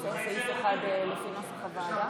זה מתחיל עם יש עתיד,